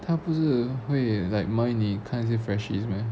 她不是会 like mind 你看那些 freshies meh